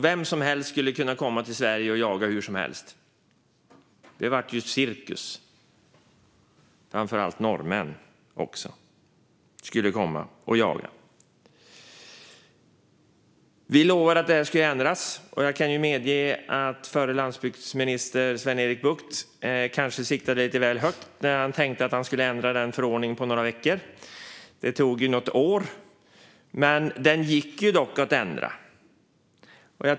Vem som helst skulle kunna komma till Sverige och jaga hur som helst. Framför allt skulle norrmän få komma och jaga. Det blev en cirkus. Vi lovade att det här skulle ändras. Jag medger att förre lantbruksministern Sven-Erik Bucht kanske siktade lite väl högt när han tänkte att han skulle ändra förordningen på några veckor. Det tog något år, men den gick dock att ändra.